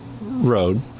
road